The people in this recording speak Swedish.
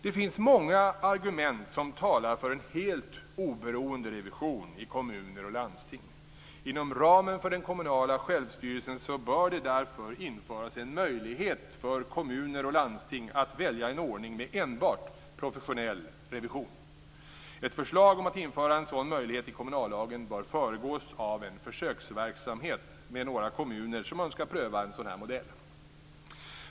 Det finns många argument som talar för en helt oberoende revision i kommuner och landsting. Inom ramen för den kommunala självstyrelsen bör det därför införas en möjlighet för kommuner och landsting att välja en ordning med enbart professionell revision. Ett förslag om att införa en sådan möjlighet i kommunallagen bör föregås av en försöksverksamhet med några kommuner som önskar pröva en sådan modell.